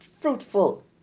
fruitful